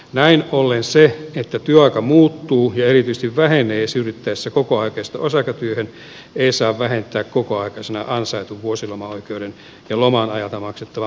näin ollen se että työaika muuttuu ja erityisesti vähenee siirryttäessä kokoaikaisesta osa aikatyöhön ei saa vähentää kokoaikaisena ansaitun vuosilomaoikeuden ja loman ajalta maksettavan palkan määrää